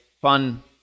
fun